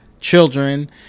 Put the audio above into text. children